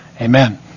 Amen